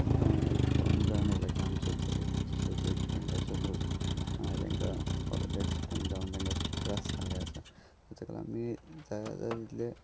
आमकां एक कळोन जावन येयलां की आमचोच तसोचो एक फ्रँडाचो ग्रूप तेंकां परत ऍक्सिडंट जावन तेंकां खूब त्रास जाल्ले आसा तेका लागून आमी जाता तितले